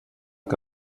que